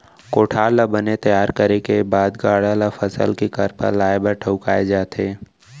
कोठार ल बने तइयार करे के बाद गाड़ा ल फसल के करपा लाए बर ठउकाए जाथे